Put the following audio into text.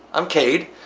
i'm kade.